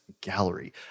Gallery